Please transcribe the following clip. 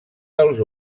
dels